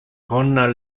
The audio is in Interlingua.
con